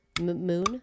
Moon